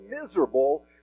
miserable